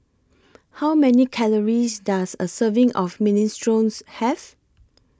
How Many Calories Does A Serving of Minestrones Have